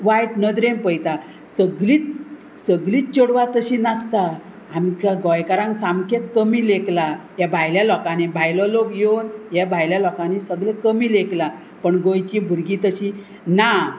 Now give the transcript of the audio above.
वायट नदरे पयता सगळी सगळी चेडवां तशी नाचता आमकां गोंयकारांक सामकेंच कमी लेखलां ह्या भायल्या लोकांनी भायलो लोक येवन ह्या भायल्या लोकांनी सगले कमी लेखलां पण गोंयची भुरगीं तशीं ना